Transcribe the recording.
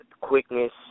quickness